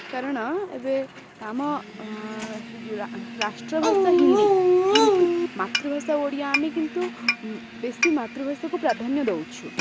କାରଣ ଏବେ ଆମ ଏ ଯେଉଁ ରାଷ୍ଟ୍ରଭାଷା ହିନ୍ଦୀ କିନ୍ତୁ ମାତୃଭାଷା ଓଡ଼ିଆ ଆମେ କିନ୍ତୁ ବେଶୀ ମାତୃଭାଷାକୁ ପ୍ରାଧାନ୍ୟ ଦେଉଛୁ